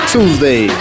Tuesday